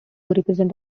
represent